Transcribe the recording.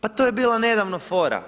Pa to je bila nedavno fora.